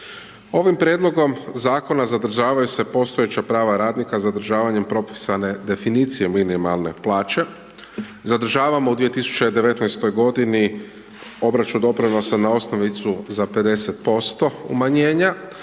Ovim prijedlogom zakona zadržavaju se postojeća prava radnika zadržavanjem propisane definicije minimalne plaće. Zadržavamo u 2019. g. obračun doprinosa na osnovicu za 50% umanjenja